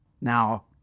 Now